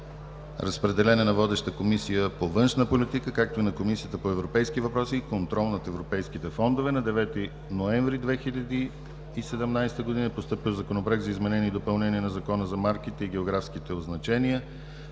съвет. Разпределен е на водеща Комисия по външна политика, както и на Комисията по европейските въпроси и контрол над европейските фондове. На 9 ноември 2017 г. е постъпил Законопроект за изменение и допълнение на Закона за марките и географските означения.